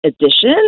edition